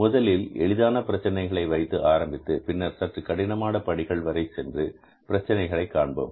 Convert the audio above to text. முதலில் எளிதான பிரச்சினைகளை வைத்து ஆரம்பித்து பின்னர் சற்று கடினமான படிகள் வரை சென்று பிரச்சினைகளை காண்போம்